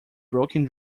broken